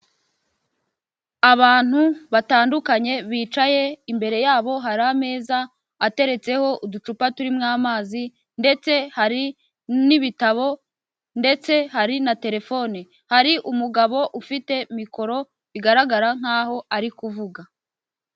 Abantu batandukanye bicaye, imbere yabo hari ameza ateretseho uducupa turimo amazi ndetse hari n'ibitabo, ndetse hari na telefone. Hari umugabo ufite mikoro bigaragara nkaho ari kuvuga.